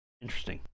Interesting